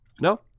no